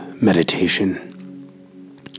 meditation